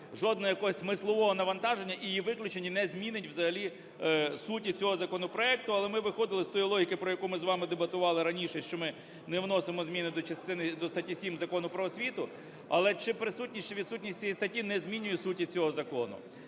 жодного якогось смислового навантаження. І її виключення не змінить взагалі суті цього законопроекту. Але ми виходили з тої логіки, про яку ми з вами дебатували раніше, що ми не вносимо зміни до частини… до статті 7 Закону "Про освіту", але чи присутність чи відсутність цієї статті не змінює суті цього закону.